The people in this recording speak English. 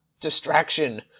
distraction